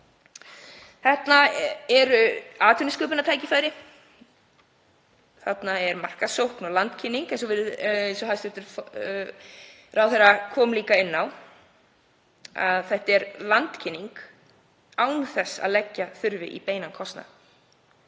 Þarna eru atvinnusköpunartækifæri. Þarna er markaðssókn og landkynning eins og hæstv. ráðherra kom inn á. Þetta er landkynning án þess að leggja þurfi í beinan kostnað.